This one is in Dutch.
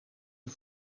een